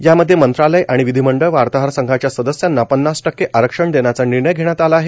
यामध्ये मंत्रालय आणि विधिमंडळ वार्ताहर संघाच्या सदस्यांना पन्नास टक्के आरक्षण देण्याचा निर्णय घेण्यात आला आहे